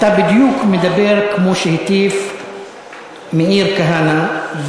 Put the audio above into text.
אתה מדבר בדיוק כמו שהטיף מאיר כהנא,